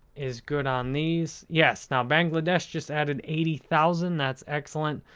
is good on these. yes, now bangladesh just added eighty thousand. that's excellent.